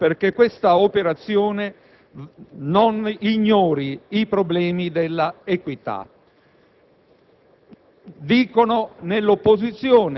creare le condizioni perché tale operazione non ignori i problemi dell'equità.